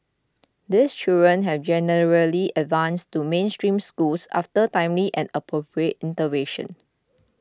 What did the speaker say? these children have generally advanced to mainstream schools after timely and appropriate intervention